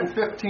15